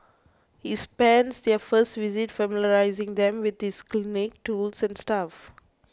he spends their first visit familiarising them with his clinic tools and staff